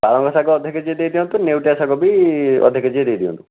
ପାଳଙ୍ଗ ଶାଗ ଅଧ କେଜି ଦେଇଦିଅନ୍ତୁ ଆଉ ନେଉଟିଆ ଶାଗ ବି ଅଧ କେଜି ଦେଇଦିଅନ୍ତୁ